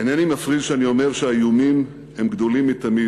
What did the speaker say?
אינני מפריז כשאני אומר שהאיומים גדולים מתמיד.